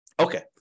Okay